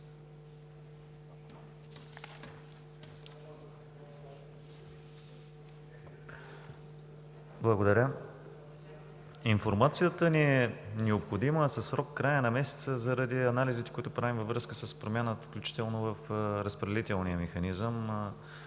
Благодаря. Информацията ни е необходима със срок до края на месеца заради анализите, които правим във връзка с промяната, включително в разпределителния механизъм,